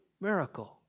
miracle